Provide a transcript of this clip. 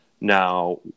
Now